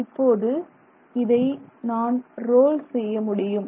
இப்போது இதை நான் ரோல் செய்ய முடியும்